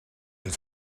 and